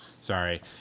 Sorry